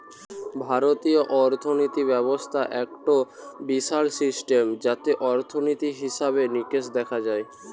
ভারতীয় অর্থিনীতি ব্যবস্থা একটো বিশাল সিস্টেম যাতে অর্থনীতি, হিসেবে নিকেশ দেখা হয়